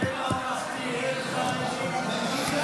נתקבל.